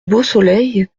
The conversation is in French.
beausoleil